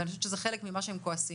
ואני חושבת שזה חלק ממה שהם כועסים,